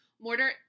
Mortar